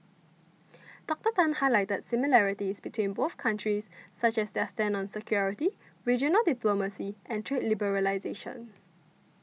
Doctor Tan highlighted similarities between both countries such as their stand on security regional diplomacy and trade liberalisation